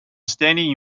standing